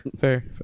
fair